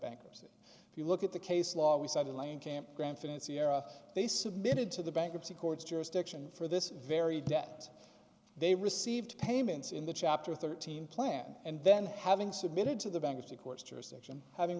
bankruptcy if you look at the case law we cited lane campground finance sierra they submitted to the bankruptcy courts jurisdiction for this very debt they received payments in the chapter thirteen plan and then having submitted to the bankruptcy court's jurisdiction having